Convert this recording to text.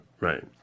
Right